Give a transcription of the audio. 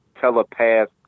telepath